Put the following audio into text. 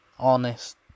honest